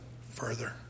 further